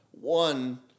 One